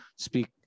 speak